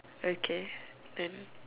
okay then